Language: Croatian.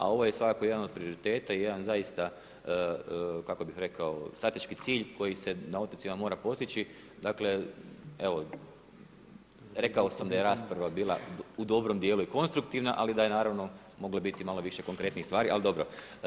A ovo je svakako jedan od prioriteta i jedan zaista, kako bih rekao, strateški cilj koji se na otocima mora postići, dakle evo, rekao sam da je rasprava bila u dobrom djelu i konstruktivna, ali da je naravno moglo biti i malo više konkretnijih stvari, ali dobro.